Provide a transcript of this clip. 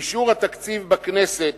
לאישור התקציב בכנסת